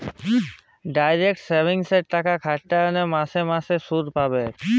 direct সেভিংসে টাকা খ্যাট্যাইলে মাসে মাসে সুদ পাবেক